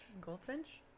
Goldfinch